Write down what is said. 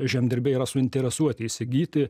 žemdirbiai yra suinteresuoti įsigyti